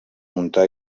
montà